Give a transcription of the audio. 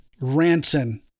Ranson